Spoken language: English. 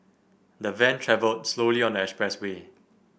the van travelled slowly on the expressway